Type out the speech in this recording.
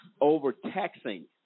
overtaxing